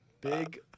Big